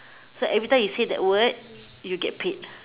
so every time you say that word you get paid